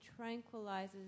tranquilizes